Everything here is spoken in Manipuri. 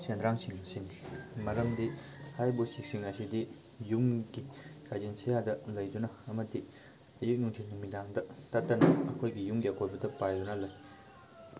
ꯁꯦꯟꯗ꯭ꯔꯥꯡ ꯁꯤꯡ ꯑꯁꯤꯅꯤ ꯃꯔꯝꯗꯤ ꯍꯥꯏꯔꯤꯕ ꯎꯆꯦꯛꯁꯤꯡ ꯑꯁꯤꯗꯤ ꯌꯨꯝꯒꯤ ꯁꯥꯏꯖꯤꯟ ꯁꯩꯌꯥꯗ ꯂꯩꯗꯨꯅ ꯑꯃꯗꯤ ꯑꯌꯨꯛ ꯅꯨꯡꯊꯤꯟ ꯅꯨꯃꯤꯗꯥꯡꯗ ꯇꯠꯇꯅ ꯑꯩꯈꯣꯏꯒꯤ ꯌꯨꯝꯒꯤ ꯑꯀꯣꯏꯕꯗ ꯄꯥꯏꯗꯨꯅ ꯂꯩ